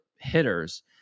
hitters